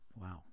Wow